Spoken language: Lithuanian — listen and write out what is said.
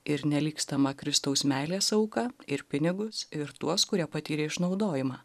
ir nelygstamą kristaus meilės auką ir pinigus ir tuos kurie patyrė išnaudojimą